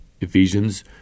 Ephesians